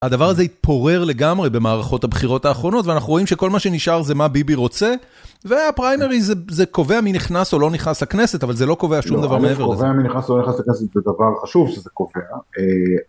הדבר הזה התפורר לגמרי במערכות הבחירות האחרונות ואנחנו רואים שכל מה שנשאר זה מה ביבי רוצה והפריימריס זה קובע מי נכנס או לא נכנס לכנסת אבל זה לא קובע שום דבר מעבר לזה לא, זה קובע מי נכנס או לא נכנס לכנסת זה דבר חשוב שזה קובע